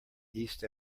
east